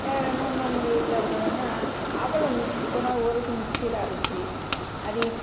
வேற என்ன நம்ம வீட்டில இருக்கிறதுன்னா அவலை மிக்ஸி கொஞ்சம் நேரம் ஊற வச்சு மிக்ஸியில அரைச்சி அதை